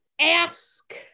ask